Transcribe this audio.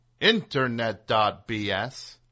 internet.bs